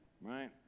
right